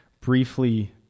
briefly